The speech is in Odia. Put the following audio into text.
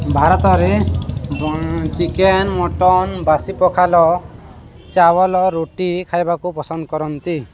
ଭାରତରେ ଚିକେନ ମଟନ ବାସି ପଖାଳ ଚାୱଲ ରୁଟି ଖାଇବାକୁ ପସନ୍ଦ କରନ୍ତି